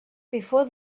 before